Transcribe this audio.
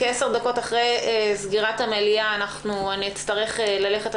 כעשר דקות אחרי סגירת המליאה אני אצטרך ללכת,